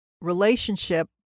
relationship